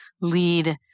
lead